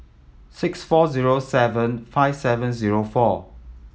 six four zero seven five seven zero four